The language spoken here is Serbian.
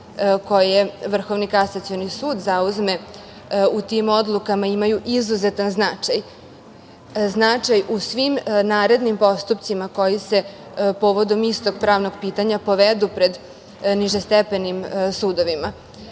koje Vrhovni kasacioni sud zauzme u tim odlukama imaju izuzetan značaj, značaj u svim narednim postupcima koji se povodom istog pravnog pitanja povedu pred nižestepenim sudovima.U